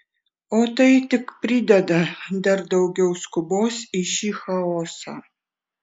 o tai tik prideda dar daugiau skubos į šį chaosą